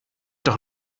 doch